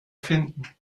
finden